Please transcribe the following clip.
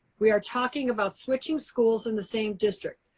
we are talking about switching schools in the same district.